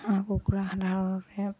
হাঁহ কুকুৰা সাধাৰণতে